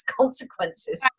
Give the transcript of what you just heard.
consequences